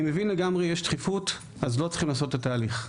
אני מבין לגמרי אם יש דחיפות אז לא צריכים לעשות את התהליך.